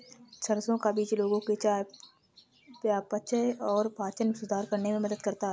सरसों का बीज लोगों के चयापचय और पाचन में सुधार करने में मदद करता है